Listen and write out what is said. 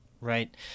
Right